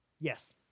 Yes